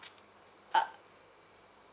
uh